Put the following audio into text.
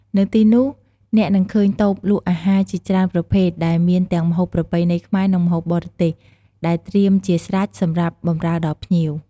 នៅទីនោះ អ្នកនឹងឃើញតូបលក់អាហារជាច្រើនប្រភេទដែលមានទាំងម្ហូបប្រពៃណីខ្មែរ និងម្ហូបបរទេស ដែលត្រៀមជាស្រេចសម្រាប់បម្រើដល់ភ្ញៀវ។